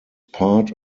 part